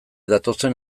datozen